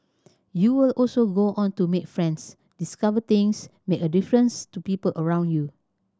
you will also go on to make friends discover things make a difference to people around you